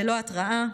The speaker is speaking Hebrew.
ללא התראה,